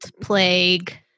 Plague